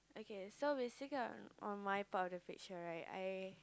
okay so basically on on my part of the picture right I